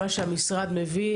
מה שהמשרד מביא,